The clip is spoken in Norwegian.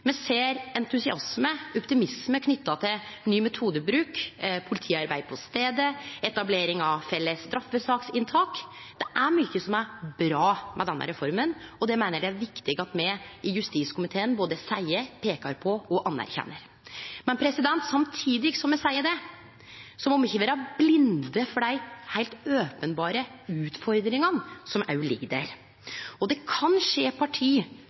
Me ser entusiasme og optimisme knytte til ny metodebruk, politiarbeid på staden og etableringa av felles straffesaksinntak. Det er mykje som er bra med denne reforma, og det meiner eg det er viktig at me i justiskomiteen både seier, peikar på og anerkjenner. Men samtidig som me seier det, må me ikkje vere blinde for dei heilt openberre utfordringane som òg ligg der. Det kan skje parti